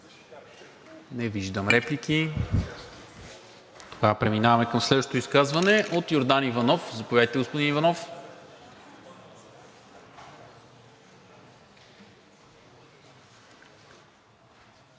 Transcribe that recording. Не виждам. Преминаваме към следващото изказване – от Йордан Иванов. Заповядайте, господин Иванов.